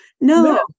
no